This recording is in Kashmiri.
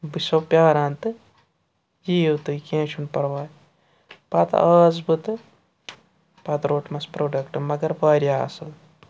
بہٕ چھُسو پیٛاران تہٕ یِیِو تُہۍ کینٛہہ چھُنہٕ پَرواے پَتہٕ آس بہٕ تہٕ پَتہٕ روٚٹمَس پرٛوڈَکٹ مگر واریاہ اَصٕل